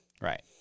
right